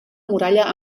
muralla